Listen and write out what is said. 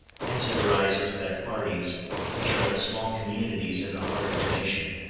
hence it arises that parties, which are like small communities in the heart of the nation,